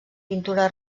pintura